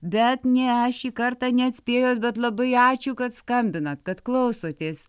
bet ne šį kartą neatspėjot bet labai ačiū kad skambinat kad klausotės